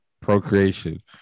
procreation